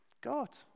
God